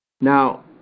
Now